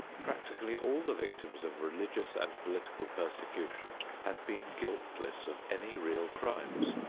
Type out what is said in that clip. practically all the victims of religious and political persecution have been guiltless of any real crimes,